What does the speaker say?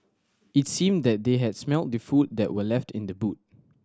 it seemed that they had smelt the food that were left in the boot